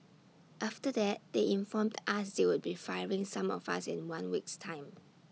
after that they informed us they would be firing some of us in one week's time